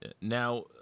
Now